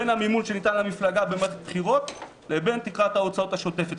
בין המימון שניתן למפלגה במערכת בחירות לבין תקרת ההוצאות השוטפת,